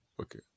okay